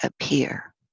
appear